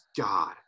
God